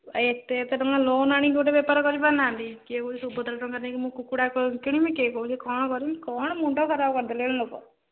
ଏତେ ଏତେ ଟଙ୍କା ଲୋନ୍ ଆଣିକି ଗୋଟେ ବେପାର କରିପାର ନାହାନ୍ତି କିଏ କହୁଛ ସୁଭଦ୍ରା ଟଙ୍କା ନେଇକି ମୁଁ କୁକୁଡ଼ା କିଣିବି କିଏ କହୁଛି କ'ଣ କରିବି କ'ଣ ମୁଣ୍ଡ ଖରାପ କରିଦେଲେଣି ଲୋକ